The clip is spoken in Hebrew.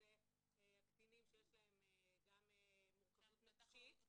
שזה הקטינים שיש להם גם מורכבות נפשית.